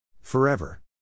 Forever